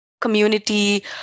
community